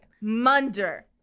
Munder